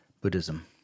Buddhism